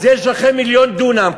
אז יש לכם מיליון דונם.